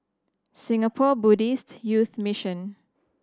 Singapore Buddhist Youth Mission